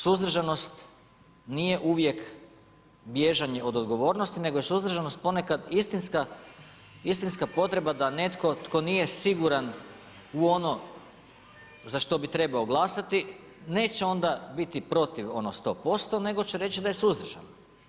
Suzdržanost nije uvijek bježanje od odgovornosti, nego je suzdržanost ponekad istinska potreba da netko tko nije siguran u ono za što bi trebao glasati neće onda biti protiv ono 100%, nego će reći da je suzdržan.